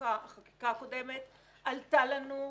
בחקיקה הקודמת עלתה לנו,